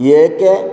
ଏକ